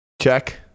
Check